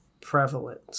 prevalent